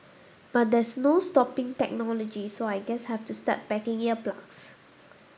but there's no stopping technology so I guess have to start packing ear plugs